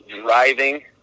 driving